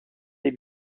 des